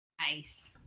Nice